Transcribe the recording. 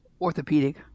orthopedic